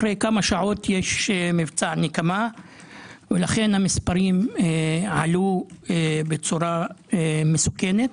אחרי כמה שעות יש מבצע נקמה ולכן המספרים עלו בצורה מסוכנת,